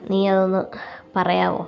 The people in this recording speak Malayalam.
നീ അതൊന്ന് പറയാമോ